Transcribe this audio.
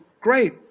great